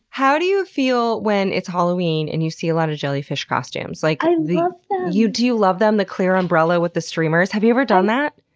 how do you feel when it's halloween and you see a lot of jellyfish costumes? like love them! you do love them? the clear umbrella with the streamers? have you ever done that?